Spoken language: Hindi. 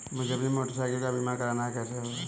मुझे अपनी मोटर साइकिल का बीमा करना है कैसे होगा?